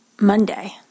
Monday